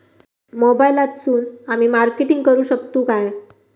मोबाईलातसून आमी मार्केटिंग करूक शकतू काय?